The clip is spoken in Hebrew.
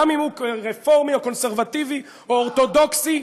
גם אם הוא רפורמי או קונסרבטיבי או אורתודוקסי,